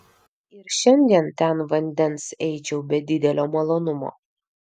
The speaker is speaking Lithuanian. ir šiandien ten vandens eičiau be didelio malonumo